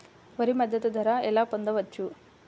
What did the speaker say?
వరి మద్దతు ధర ఎలా పొందవచ్చు?